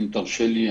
אם תרשה לי,